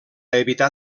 evitar